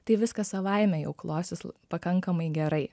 tai viskas savaime jau klosis pakankamai gerai